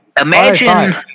Imagine